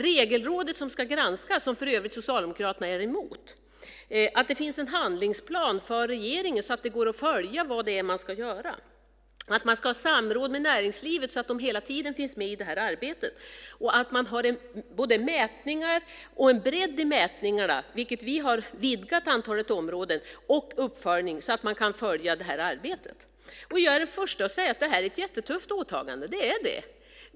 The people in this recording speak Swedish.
Regelrådet som ska granska, och som för övrigt Socialdemokraterna är emot, att det finns en handlingsplan för regeringen så att det går att följa vad det är man ska göra, att man ska ha samråd med näringslivet så att de hela tiden finns med i detta arbete och att man har mätningar och en bredd i mätningarna vilket vi har vidgat i antalet områden, och uppföljning så att man kan följa detta arbete. Jag är den första att säga att detta är ett jättetufft åtagande. Det är det!